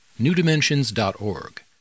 newdimensions.org